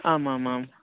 आम् आम् आम्